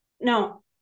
No